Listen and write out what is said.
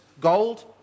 gold